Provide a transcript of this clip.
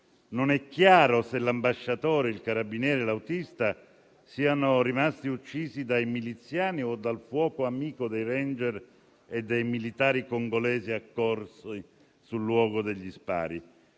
Non è chiaro se l'ambasciatore, il carabiniere e l'autista siano rimasti uccisi dai miliziani o dal fuoco amico dei *ranger* e dei militari congolesi accorsi sul luogo degli spari.